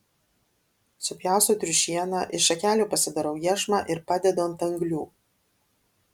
supjaustau triušieną iš šakelių pasidarau iešmą ir padedu ant anglių